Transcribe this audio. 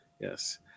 Yes